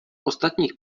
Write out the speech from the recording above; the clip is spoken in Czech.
ostatních